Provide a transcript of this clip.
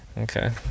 okay